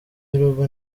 y’urugo